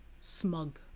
smug